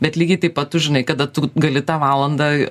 bet lygiai taip pat tu žinai kada tu gali tą valandą